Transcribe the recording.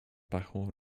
pachą